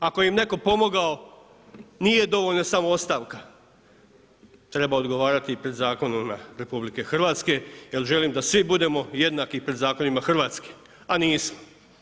Ako im je netko pomogao, nije dovoljna samo ostavka, treba odgovarati i pred zakonom RH jer želim da svi budemo jednaki pred zakonima Hrvatske, a nismo.